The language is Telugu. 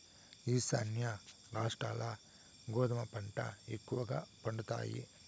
ఈశాన్య రాష్ట్రాల్ల గోధుమ పంట ఎక్కువగా పండుతాయి